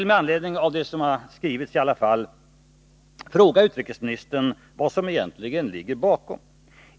Med anledning av det som har skrivits vill jag emellertid fråga utrikesministern vad som egentligen ligger bakom.